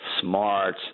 smart